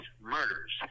murders